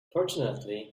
fortunately